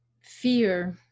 fear